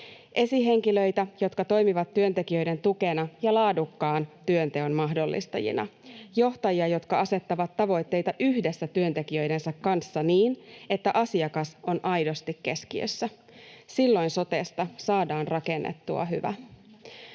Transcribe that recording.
esihenkilöitä, jotka toimivat työntekijöiden tukena ja laadukkaan työnteon mahdollistajina, johtajia, jotka asettavat tavoitteita yhdessä työntekijöidensä kanssa niin, että asiakas on aidosti keskiössä. Silloin sotesta saadaan rakennettua hyvä.